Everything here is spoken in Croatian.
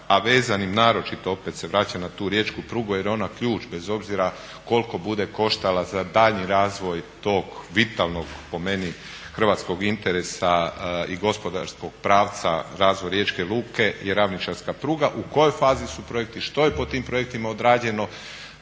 a vezanim naročito opet se vraćam na tu riječku prugu jer je ona ključ bez obzira koliko bude koštala za daljnji razvoj tog vitalnog po meni hrvatskog interesa i gospodarskog pravca razvoja riječke luke je ravničarska pruga. U kojoj fazi su projekti, što je po tim projektima odrađeno?